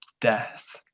death